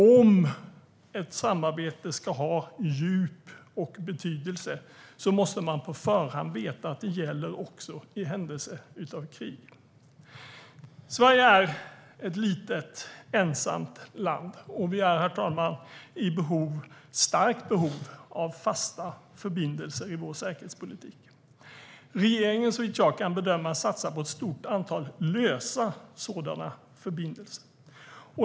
Om ett samarbete ska ha djup och betydelse måste man på förhand veta att det gäller också i händelse av krig. Sverige är ett litet ensamt land, och vi är i starkt behov av fasta förbindelser i vår säkerhetspolitik. Regeringen satsar, såvitt jag kan bedöma, på ett stort antal lösa sådana förbindelser.